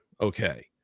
okay